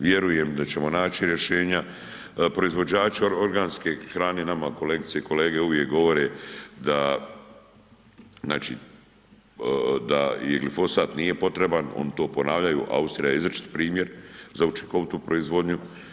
Vjerujem da ćemo naći rješenja, proizvođači organske hrane nama kolegice i kolege uvijek govore da znači da i glifosat nije potreban oni to ponavljaju Austrija je izričiti primjer za učinkovitu proizvodnu.